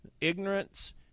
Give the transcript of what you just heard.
ignorance